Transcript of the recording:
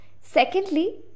Secondly